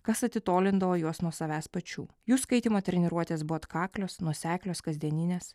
kas atitolindavo juos nuo savęs pačių jų skaitymo treniruotės buvo atkaklios nuoseklios kasdieninės